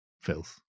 filth